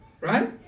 Right